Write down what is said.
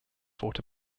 fort